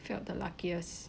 felt the luckiest